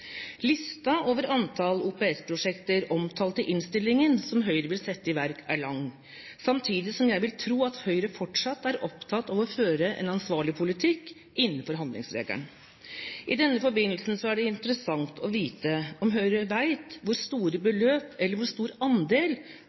Listen over antall OPS-prosjekter, omtalt i innstillingen, som Høyre vil sette i verk, er lang, samtidig som jeg vil tro at Høyre fortsatt er opptatt av å føre en ansvarlig politikk innenfor handlingsregelen. I denne forbindelse er det interessant å vite om Høyre vet hvor store beløp eller hvor stor andel